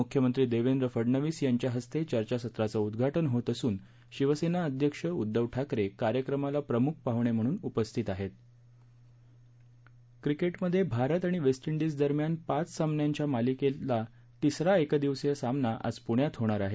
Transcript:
मुख्यमंत्री देवेंद्र फडणवीस यांच्या हस्ते चर्चासत्राचं उद्घाटन होत असून शिवसेना अध्यक्ष उद्घव ठाकरे कार्यक्रमाला प्रम्ख पाहुणे म्हणून उपस्थित आहेत क्रिकेटमधे भारत आणि वेस्टइंडीज दरम्यान पाच सामन्यांच्या मालिकेतला तिसरा एकदिवसीय सामना आज प्ण्यात होणार आहे